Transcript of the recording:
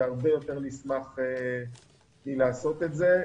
והרבה יותר מנשמח לעשות את זה.